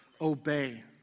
Obey